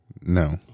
No